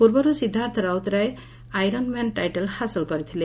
ପୂର୍ବରୁ Siddharth Routray Ironman title ହାସଲ କରିଥିଲେ